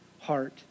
heart